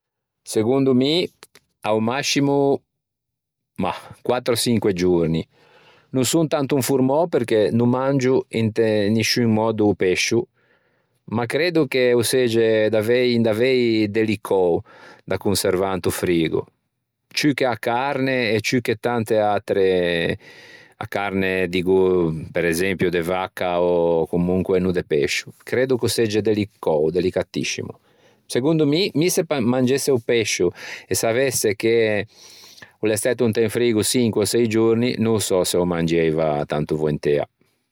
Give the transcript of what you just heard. Segondo mi a-o mascimo, mah, quattro ò çinque giorni. No son tanto informou perché no mangio inte nisciun mòddo o pescio ma creddo ch'o segge davei indavei delicou da conservâ into frigo ciù che a carne e ciù che tante atre, a carne diggo presempio de vacca ò comunque no de pescio. Creddo ch'o segge delicou, delicatiscimo. Segondo mi, mi se ma- mangesse o pescio e savesse che ch'o l'é stæto inte un frigo çinque ò sëi giorni, no sò se ô mangieiva tanto voentea.